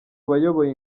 bayoboye